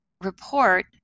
report